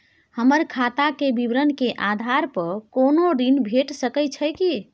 हमर खाता के विवरण के आधार प कोनो ऋण भेट सकै छै की?